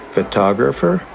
Photographer